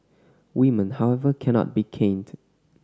women however cannot be caned